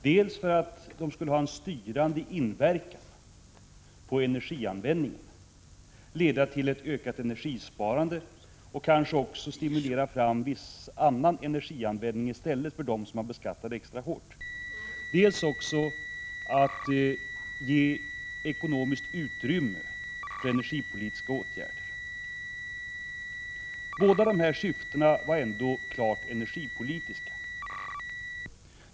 Dels skulle de ha en styrande inverkan på energianvändningen, leda till ett ökat energisparande och kanske också stimulera fram viss annan energianvändning än den som beskattades extra hårt. Dels skulle de också ge ekonomiskt utrymme för energipolitiska åtgärder. Båda dessa syften var ändå klart energipolitiska.